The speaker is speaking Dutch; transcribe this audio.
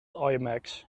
imax